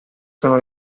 sono